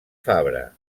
fabra